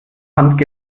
hand